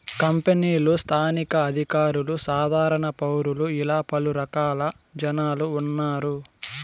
కంపెనీలు స్థానిక అధికారులు సాధారణ పౌరులు ఇలా పలు రకాల జనాలు ఉన్నారు